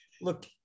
look